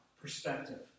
perspective